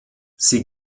sie